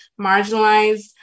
Marginalized